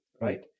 Right